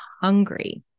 hungry